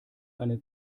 eine